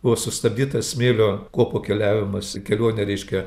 buvo sustabdytas smėlio kopų keliavimas į kelionę reiškia